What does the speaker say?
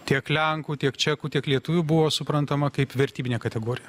tiek lenkų tiek čekų tiek lietuvių buvo suprantama kaip vertybinė kategorija